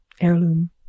Heirloom